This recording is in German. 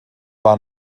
war